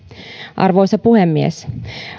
arvoisa puhemies